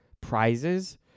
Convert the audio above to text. prizes